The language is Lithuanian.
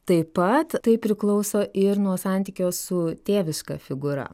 taip pat tai priklauso ir nuo santykio su tėviška figūra